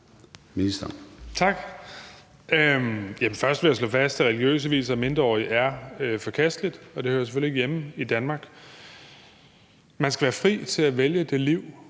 Tak. Først vil jeg slå fast, at religiøse vielser af mindreårige er forkasteligt, og det hører selvfølgelig ikke hjemme i Danmark. Man skal være fri til at vælge det liv,